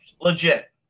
legit